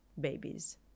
babies